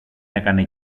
έκανε